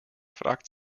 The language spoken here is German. fragt